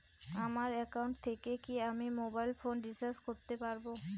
আমার একাউন্ট থেকে কি আমি মোবাইল ফোন রিসার্চ করতে পারবো?